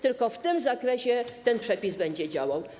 Tylko w tym zakresie ten przepis będzie działał.